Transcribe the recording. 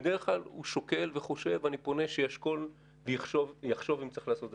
בדרך כלל הוא שוקל וחושב ואני פונה שישקול ויחשוב אם צריך לעשות את זה.